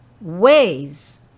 ways